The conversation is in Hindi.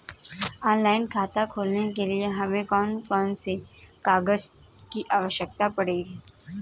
ऑनलाइन खाता खोलने के लिए हमें कौन कौन से कागजात की आवश्यकता पड़ेगी?